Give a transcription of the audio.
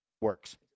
works